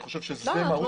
למה?